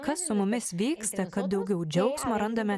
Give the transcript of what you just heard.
kas su mumis vyksta kad daugiau džiaugsmo randame